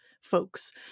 folks